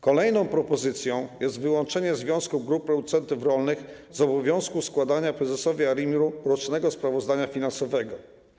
Kolejną propozycją jest wyłączenie związku grup producentów rolnych z obowiązku składania prezesowi ARiMR rocznego sprawozdania finansowego.